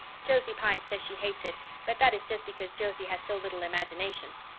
josie pye says she hates it but that is just because josie has so little imagination.